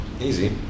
easy